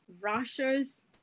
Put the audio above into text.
Russia's